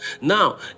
Now